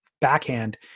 backhand –